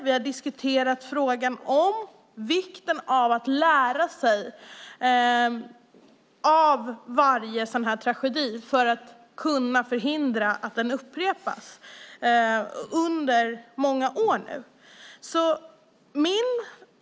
Under många år har vi diskuterat vikten av att lära sig av varje sådan här tragedi för att kunna förhindra att den upprepas.